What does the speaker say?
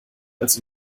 als